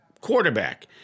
quarterback